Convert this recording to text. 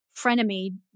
frenemy